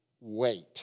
wait